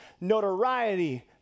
notoriety